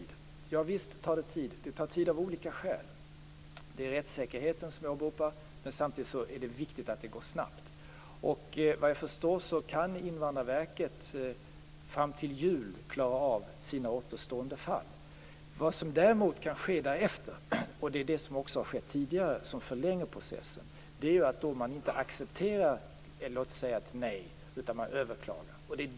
Javisst tar det tid. Det tar tid av olika skäl. Jag åberopar rättssäkerheten, men samtidigt är det viktigt att det går snabbt. Vad jag förstår kan Invandrarverket klara av sina återstående fall fram till jul. Vad som kan ske därefter, och som har skett tidigare och förlänger processen, är att någon inte accepterar ett nej utan överklagar.